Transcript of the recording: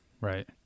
Right